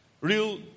Real